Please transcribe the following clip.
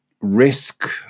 risk